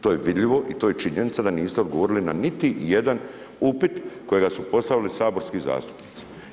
To je vidljivo i to je činjenica da niste odgovorili na niti jedan upit kojega su postavili saborski zastupnici.